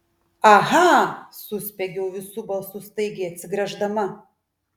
aha suspiegiau visu balsu staigiai atsigręždama